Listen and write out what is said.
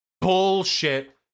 Bullshit